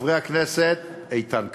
חברי הכנסת איתן כבל,